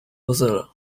mozilla